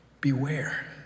Beware